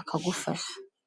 akagufasha.